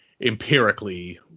empirically